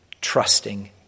trusting